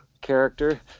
character